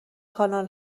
کانال